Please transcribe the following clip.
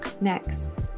next